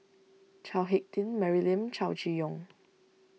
Chao Hick Tin Mary Lim Chow Chee Yong